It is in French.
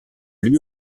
lui